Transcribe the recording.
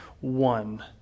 one